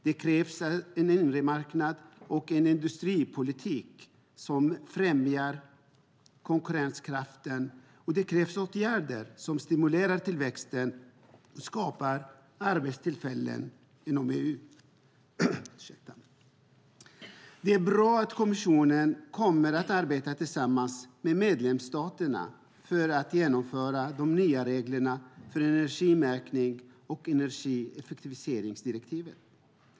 Det krävs en inre marknad och en industripolitik som främjar konkurrenskraften. Det krävs åtgärder som stimulerar tillväxten och skapar arbetstillfällen inom EU. Det är bra att kommissionen kommer att arbeta tillsammans med medlemsstaterna för att genomföra de nya reglerna för energimärkning samt energieffektiviseringsdirektivet.